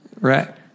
Right